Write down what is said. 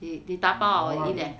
they dabao or eat there